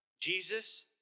Jesus